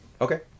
Okay